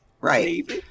Right